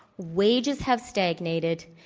wages have stagnated,